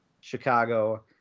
Chicago